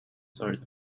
sort